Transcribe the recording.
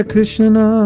Krishna